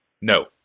No